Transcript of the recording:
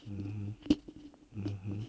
嗯嗯